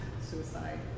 suicide